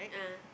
ah